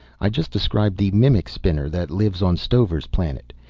i just described the mimic-spinner that lives on stover's planet.